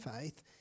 faith